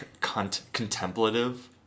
contemplative